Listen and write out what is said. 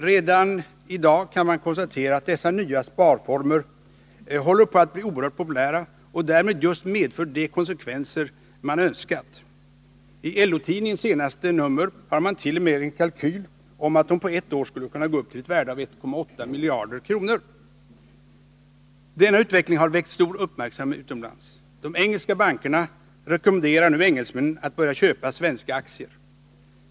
Redan i dag kan konstateras att dessa nya sparformer håller på att bli oerhört populära och därmed just medför de konsekvenser man önskat uppnå. LO-tidningens senaste nummer har t.o.m. en kalkyl om att de på ett år skulle kunna gå upp till ett värde av 1,8 miljarder kronor. Denna utveckling har väckt stor uppmärksamhet utomlands. De engelska bankerna rekommenderar nu engelsmännen att börja köpa svenska aktier.